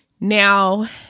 now